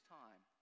time